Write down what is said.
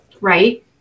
right